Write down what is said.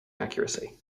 accuracy